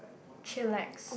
chillax